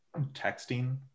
texting